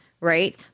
Right